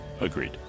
agreed